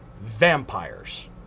vampires